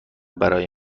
برای